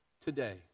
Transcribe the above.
today